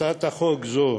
הצעת החוק הזאת